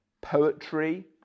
poetry